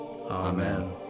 Amen